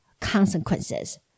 consequences